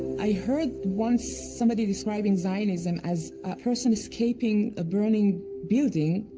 i heard once, somebody describing zionism as a person escaping a burning building,